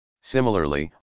Similarly